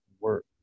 work